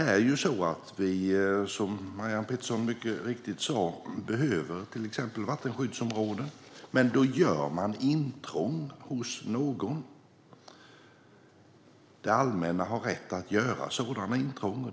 Som Marianne Pettersson mycket riktigt sa behöver vi vattenskyddsområden, men då gör man intrång hos någon. Det allmänna har rätt att göra sådana intrång.